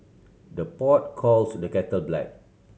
the pot calls the kettle black